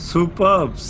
Superb